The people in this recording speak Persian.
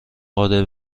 قادر